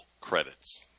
credits